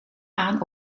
aan